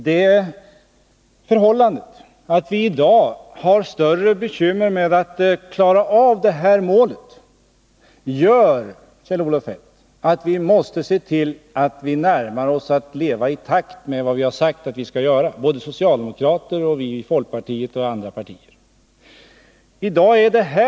Det förhållandet att vi i dag har större bekymmer med att klara av att nå det här målet gör självfallet, Kjell-Olof Feldt, att vi måste se till att vi lever mer i takt med vad vi har sagt att vi skall göra — såväl socialdemokrater som vi i folkpartiet och företrädare för andra partier.